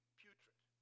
putrid